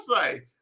say